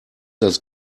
das